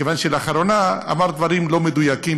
מכיוון שלאחרונה הוא אמר דברים לא מדויקים,